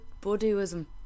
Buddhism